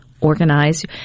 organize